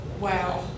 Wow